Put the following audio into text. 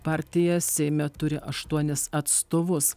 partija seime turi aštuonis atstovus